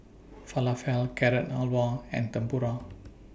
Falafel Carrot Halwa and Tempura